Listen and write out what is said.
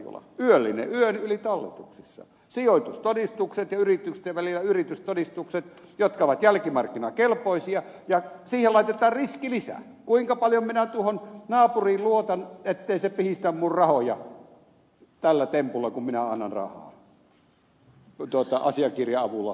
karjula yöllinen yön yli talletuksissa sijoitustodistukset ja yritysten välillä yritystodistukset jotka ovat jälkimarkkinakelpoisia ja siihen laitetaan riskilisä kuinka paljon minä tuohon naapuriin luotan ettei se pihistä minun rahojani tällä tempulla kun minä annan rahaa asiakirjan avulla